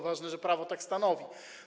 Ważne, że prawo tak stanowi.